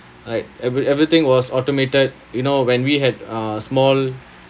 right every every thing was automated you know when we had uh small